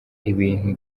ibintu